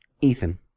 Ethan